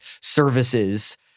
services